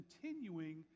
continuing